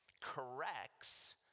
corrects